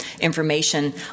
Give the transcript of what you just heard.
information